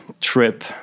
trip